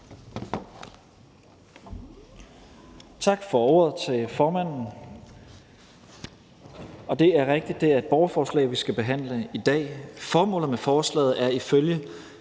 Tak for ordet til formanden, og det er rigtigt, at det er et borgerforslag, vi skal behandle i dag. Formålet med forslaget er ifølge